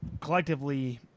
collectively